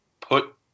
put